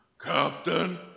Captain